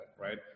right